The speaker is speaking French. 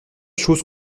choses